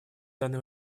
данный